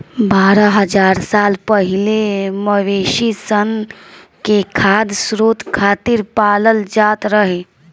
बारह हज़ार साल पहिले मवेशी सन के खाद्य स्रोत खातिर पालल जात रहे